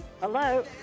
Hello